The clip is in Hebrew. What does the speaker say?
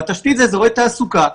והתשתית זה אזורי תעסוקה.